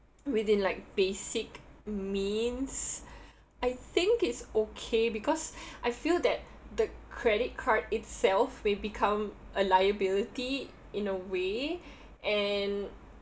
within like basic means I think it's okay because I feel that the credit card itself may become a liability in a way and